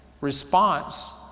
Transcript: response